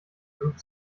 group